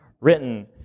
written